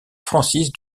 francis